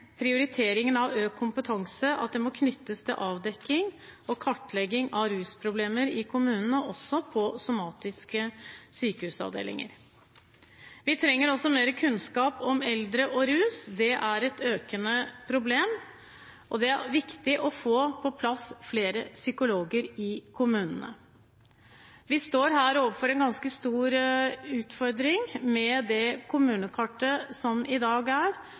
Prioriteringen av økt kompetanse må knyttes til avdekking og kartlegging av rusproblemer i kommunene og også i somatiske sykehusavdelinger. Vi trenger mer kunnskap om eldre og rus, dette er et økende problem. Det er viktig å få på plass flere psykologer i kommunene. Vi står her overfor en ganske stor utfordring med det kommunekartet som er i dag. Dette er